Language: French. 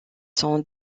sont